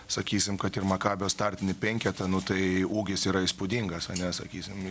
sakysim kad ir makabio startinį penketą nu tai ūgis yra įspūdingas ane sakysim